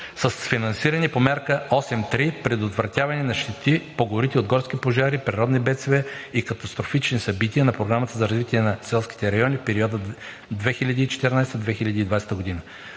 с финансиране по Мярка 8.3: Предотвратяване на щети по горите от горски пожари, природни бедствия и катастрофични събития на Програмата за развитие на селските райони в периода 2014 – 2020 г.